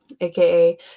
aka